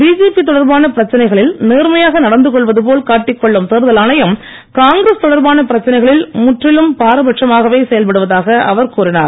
BJP தொடர்பான பிரச்சனைகளில் நேர்மையாக நடந்து கொள்வது போல் காட்டிக் கொள்ளும் தேர்தல் ஆணையம் காங்கிரஸ் தொடர்பான பிரச்சனைகளில் முற்றிலும் பாரபட்சமாகவே செயல்படுவதாக அவர் கூறினார்